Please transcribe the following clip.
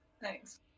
Thanks